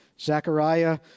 Zechariah